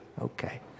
okay